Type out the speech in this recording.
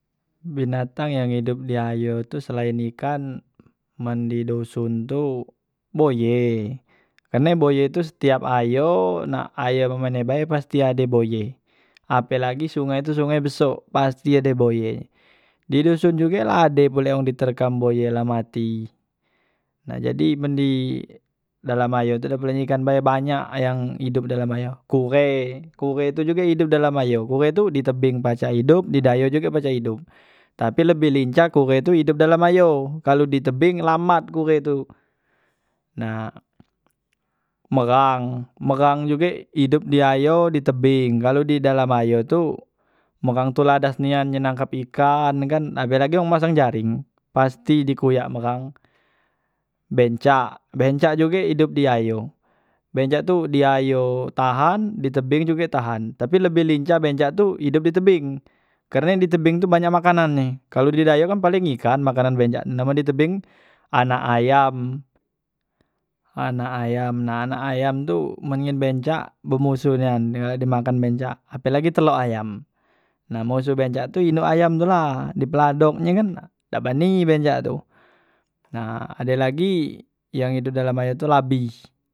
Binatang yang idop di ayo tu selain ikan men di doson tu boye, karne boye tu setiap ayo nak ayo mano bae pasti ade boye apelagi sungai tu sungai beso pasti ade boye, di doson juge la ade pule wong di terkam boye la mati, nah jadi men di dalam ayo tu dak pule ikan bae, banyak yang idop dalam ayo, kure, kure tu juge idop dalam ayo, kure tu di tebing pacak idop di ayo juge pacak idop, tapi lebih lincah kure tu idop dalam ayo kalu di tebing lambat kure tu nah megang megang juge idop di ayo di tebeng kalu di dalam ayo tu megang tu ladas nian ye nangkap ikan kan apelagi wang masang jareng pasti di kuyak megang, bencak, bencak juge idop di ayo, bencak tu di ayo tahan di tebing juge tahan tapi lebih lincah bencak tu idup di tebing karne di tebing tu banyak makanan nye, kalu di ayo kan paling ikan makanan bencak men di tebing anak ayam, anak ayam nah anak ayam tu men ngan bencak bemosoh nian galak di makan bencak apelagi telok ayam nah musoh bencok tu induk ayam tu la, di pladok nye kan, dak bani bencak tu, nah ade lagi yang idop dalam aer tu labi.